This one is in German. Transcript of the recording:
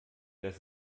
das